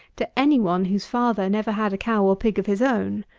to any one whose father never had cow or pig of his own.